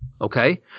Okay